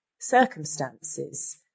circumstances